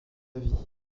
vie